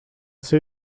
seu